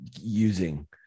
using